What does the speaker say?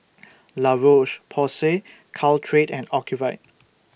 La Roche Porsay Caltrate and Ocuvite